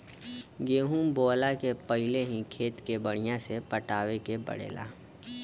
गेंहू बोअला के पहिले ही खेत के बढ़िया से पटावे के पड़ेला